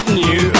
new